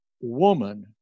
woman